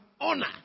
honor